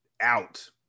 out